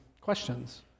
questions